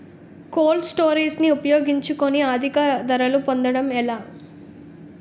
Cold storage ని ఉపయోగించుకొని అధిక ధరలు పొందడం ఎలా?